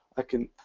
i can